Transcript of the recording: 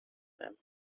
them